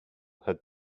had